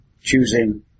choosing